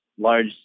large